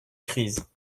crise